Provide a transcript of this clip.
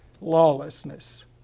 lawlessness